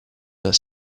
their